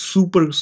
Super